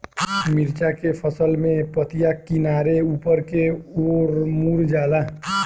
मिरचा के फसल में पतिया किनारे ऊपर के ओर मुड़ जाला?